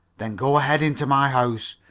then go ahead into my house.